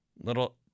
little